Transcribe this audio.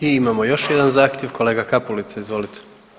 I imamo još jedan zahtjev, kolega Kapulica izvolite.